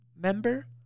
member